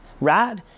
Right